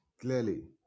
clearly